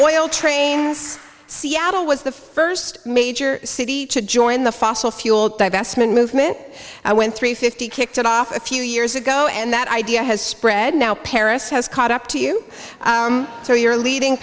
oil trains seattle was the first major city to join the fossil fuel divestment movement i went three fifty kicked off a few years ago and that idea has spread now paris has caught up to you so you're leaving